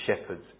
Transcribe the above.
shepherds